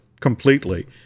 completely